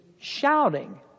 shouting